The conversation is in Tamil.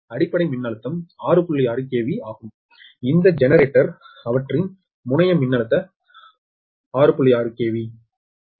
6 KV ஆகும் இந்த ஜெனரேட்டருக்கு அவற்றின் முனைய மின்னழுத்தம் 6